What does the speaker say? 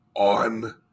On